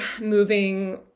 moving